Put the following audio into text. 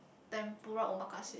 tempura omakase